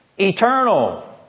Eternal